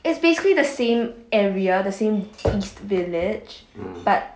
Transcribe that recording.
it's basically the same area the same east village but